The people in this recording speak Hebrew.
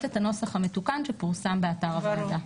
את הנוסח המתוקן שפורסם באתר הוועדה.